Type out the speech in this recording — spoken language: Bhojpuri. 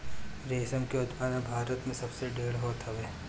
रेशम के उत्पादन भारत में सबसे ढेर होत हवे